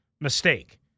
mistake